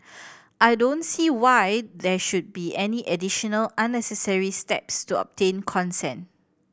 I don't see why there should be any additional unnecessary steps to obtain consent